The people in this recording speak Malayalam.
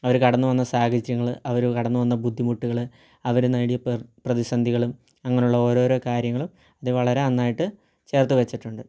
അവർ കടന്നു വന്ന സാഹചര്യങ്ങൾ അവർ കടന്നു വന്ന ബുദ്ധിമുട്ടുകൾ അവർ നേടിയ പ്ര പ്രതിസന്ധികളും അങ്ങനുള്ള ഓരോരോ കാര്യങ്ങളും അത് വളരെ നന്നായിട്ട് ചേർത്ത് വെച്ചിട്ടുണ്ട്